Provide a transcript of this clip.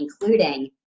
including